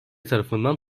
tarafından